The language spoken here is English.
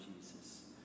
jesus